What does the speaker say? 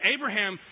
Abraham